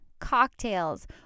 cocktails